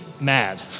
mad